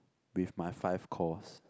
with my five course